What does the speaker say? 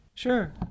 Sure